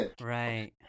Right